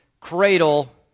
cradle